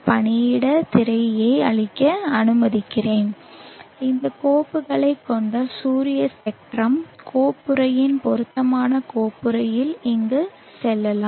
பணியிடத் திரையை அழிக்க அனுமதிக்கிறேன் இந்த கோப்புகளைக் கொண்ட சூரிய ஸ்பெக்ட்ரம் கோப்புறையின் பொருத்தமான கோப்புறையில் இங்கு செல்லலாம்